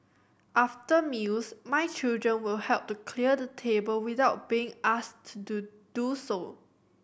after meals my children will help to clear the table without being asked to do so